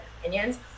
opinions